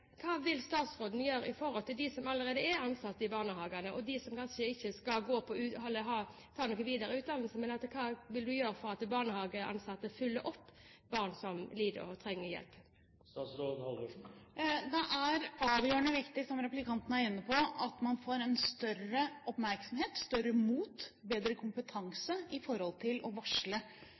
Hva vil statsråden gjøre i forhold til dem som allerede er ansatt i barnehagene, og som kanskje ikke skal ta noen videre utdannelse? Hva vil hun gjøre for at barnehageansatte følger opp barn som lider og trenger hjelp? Det er avgjørende viktig, som replikanten er inne på, at man får større oppmerksomhet, større mot og bedre kompetanse med tanke på å varsle